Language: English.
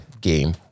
game